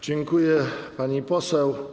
Dziękuję, pani poseł.